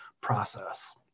process